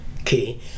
Okay